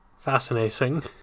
Fascinating